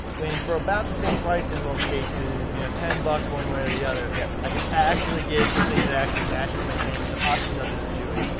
when for about the same price in most cases you know ten bucks one way or the other. yeah i can actually get the thing that actually matches my tank and there options out there to do it.